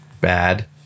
bad